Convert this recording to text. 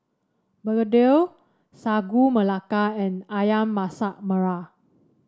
begedil Sagu Melaka and ayam Masak Merah